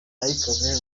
nayikoze